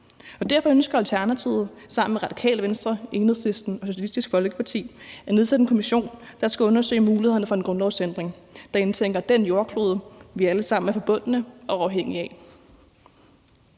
Derfor ønsker Alternativet sammen med Radikale Venstre, Enhedslisten og Socialistisk Folkeparti at nedsætte en kommission, der skal undersøge mulighederne for en grundlovsændring, der indtænker den jordklode, vi alle sammen er forbundne med og afhængige af.